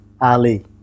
Ali